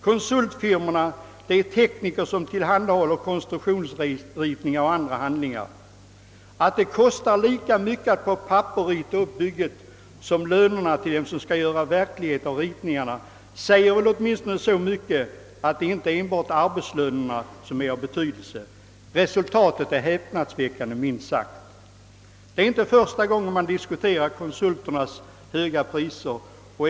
Konsultfirmorna — det är de tekniker som tillhandahåller konstruktionsritningar och andra handlingar. Att det kostar lika mycket att på papper rita upp bygget som lönerna till dem som skall göra verklighet av ritningarna säger väl åtminstone så mycket som att det inte är enbart arbetslönerna som har betydelse. Resultatet är häpnadsväckande, minst sagt. Men det är inte första gången som man diskuterar konsulternas höga priser.